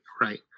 right